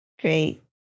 Great